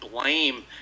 blame –